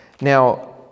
Now